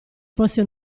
fosse